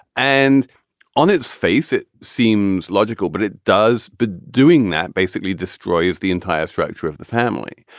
and on its face, it seems logical, but it does. but doing that basically destroys the entire structure of the family.